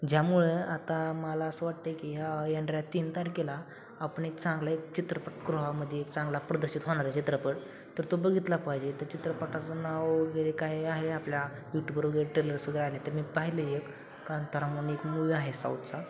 ज्यामुळे आता मला असं वाटतंय की ह्या येणाऱ्या तीन तारखेला आपण एक चांगला एक चित्रपट गृहामध्ये चांगला प्रदर्शित होणार आहे चित्रपट तर तो बघितला पाहिजे तर चित्रपटाचं नाव वगैरे काय आहे आपल्या यूट्यूबवर वगैरे टेलर्स वगैरे आले तर मी पाहिले एक कांतारा म्हणुन एक मूवी आहे साऊथचा